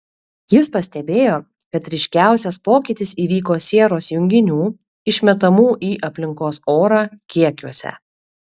jis pastebėjo kad ryškiausias pokytis įvyko sieros junginių išmetamų į aplinkos orą kiekiuose